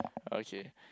okay